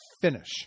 finish